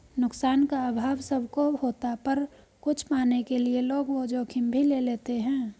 नुकसान का अभाव सब को होता पर कुछ पाने के लिए लोग वो जोखिम भी ले लेते है